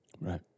Right